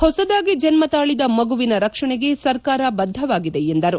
ಹೊಸದಾಗಿ ಜನ್ನತಾಳದ ಮಗುವಿನ ರಕ್ಷಣೆಗೆ ಸರ್ಕಾರ ಬದ್ದವಾಗಿದೆ ಎಂದರು